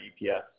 EPS